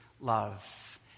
love